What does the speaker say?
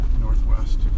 northwest